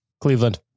Cleveland